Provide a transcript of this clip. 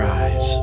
eyes